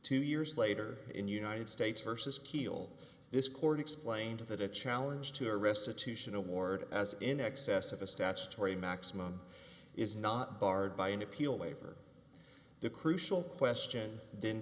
two years later in united states versus keel this court explained to the to challenge to a restitution award as in excess of a statutory maximum is not barred by an appeal waiver the crucial question then